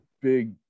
big